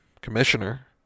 commissioner